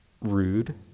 rude